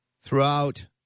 throughout